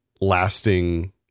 lasting